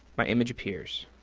my image appears.